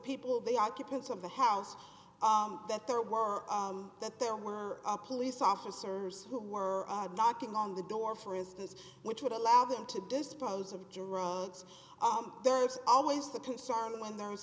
people they occupants of the house that there were that there were police officers who were knocking on the door for instance which would allow them to dispose of drugs there is always the concern when there was